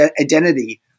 identity